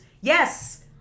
yes